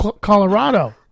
Colorado